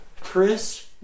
Chris